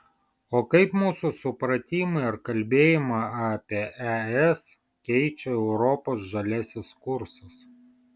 o kaip mūsų supratimą ir kalbėjimą apie es keičia europos žaliasis kursas